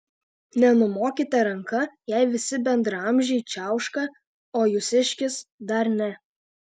nenumokite ranka jei visi bendraamžiai čiauška o jūsiškis dar ne